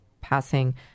passing